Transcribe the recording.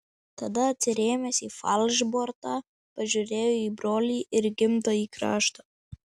tada atsirėmęs į falšbortą pažiūrėjo į brolį ir gimtąjį kraštą